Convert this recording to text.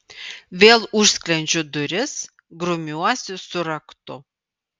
vėl užsklendžiu duris grumiuosi su raktu